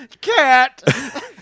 Cat